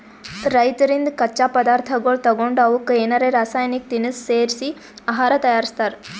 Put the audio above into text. ರೈತರಿಂದ್ ಕಚ್ಚಾ ಪದಾರ್ಥಗೊಳ್ ತಗೊಂಡ್ ಅವಕ್ಕ್ ಏನರೆ ರಾಸಾಯನಿಕ್ ತಿನಸ್ ಸೇರಿಸಿ ಆಹಾರ್ ತಯಾರಿಸ್ತಾರ್